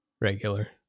Regular